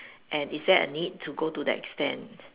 and is there a need to go to that extent